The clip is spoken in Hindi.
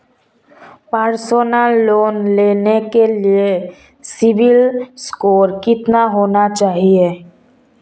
पर्सनल लोंन लेने के लिए सिबिल स्कोर कितना होना चाहिए?